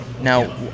Now